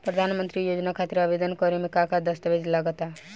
प्रधानमंत्री योजना खातिर आवेदन करे मे का का दस्तावेजऽ लगा ता?